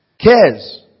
Cares